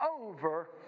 Over